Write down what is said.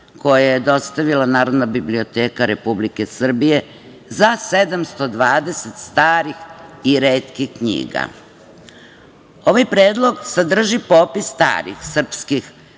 koje je dostavila Narodna biblioteka Republike Srbije za 720 starih i retkih knjiga. Ovaj predlog sadrži popis starih srpskih